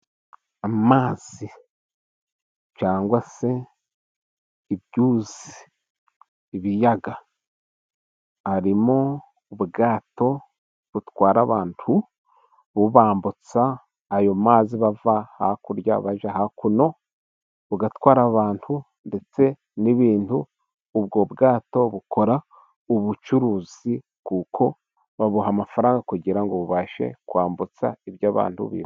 Amazi cyangwa se ibyuzi ibiyaga arimo ubwato butwara abantu bubambutsa ayo mazi bava hakurya bajya hakuno, bugatwara aba bantu ndetse n'ibintu. Ubwo bwato bukora ubucuruzi kuko babuha amafaranga, kugira ngo bubashe kwambutsa iby'abantu bi....